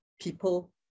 people